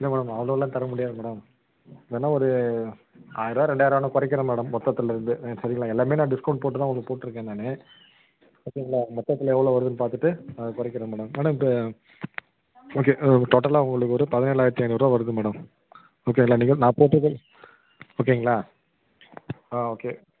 இல்லை மேம் அவ்வளோலான் தரமுடியாது மேடம் வேணா ஒரு ஆயருவா ரெண்டாயருவா வேணா கொறக்கிறேன் மேடம் மொத்தத்துலேர்ந்து சரிங்களா எல்லாமே நான் டிஸ்க்கவுண்ட் போட்டு தான் உங்களுக்கு போட்டுருக்கேன் நான் ஓகேங்ளா மொத்தத்துல எவ்வளோ வருதுன்னு பார்த்துட்டு அதை குறைக்கிறேன் மேடம் மேடம் இப்போ ஓகே டோட்டலாக உங்களுக்கு ஒரு பதினேழாயிரத்து ஐநூறுரூவா வருது மேடம் ஓகேங்ளா நீங்கள் நான் போட்டது ஓகேங்ளா ஒகே